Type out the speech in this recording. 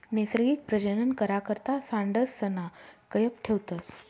नैसर्गिक प्रजनन करा करता सांडसना कयप ठेवतस